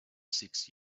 six